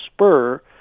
spur